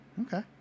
Okay